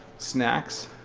snacks